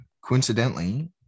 coincidentally